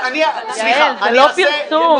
יעל, זה לא פרסום.